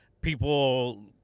people